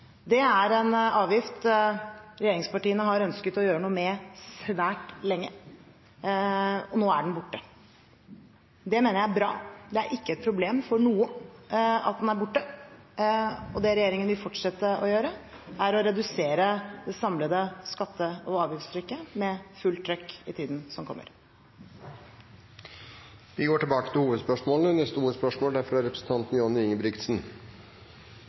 Det er en avgift regjeringspartiene har ønsket å gjøre noe med svært lenge. Nå er den borte. Det mener jeg er bra. Det er ikke et problem for noen at den er borte. Det regjeringen vil fortsette å gjøre, er å redusere det samlede skatte- og avgiftstrykket med fullt trøkk i tiden som kommer. Vi går til neste hovedspørsmål. Mine tanker og